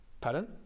Pardon